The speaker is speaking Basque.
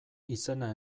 izena